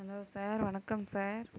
hello sir வணக்கம் sir